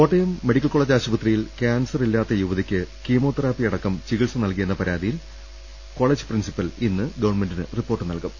Kottayam medical college ആശുപത്രിയിൽ ക്യാൻസറില്ലാത്ത യുവ തിക്ക് കീമോതെറാപ്പിയടക്കം ചികിത്സ നൽകിയെന്ന പരാതിയിൽ കോളേജ് പ്രിൻസിപ്പൽ ഇന്ന് ഗവൺമെന്റിന് റിപ്പോർട്ട് നൽകും